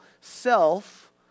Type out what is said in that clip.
self